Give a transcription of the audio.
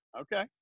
Okay